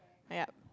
yup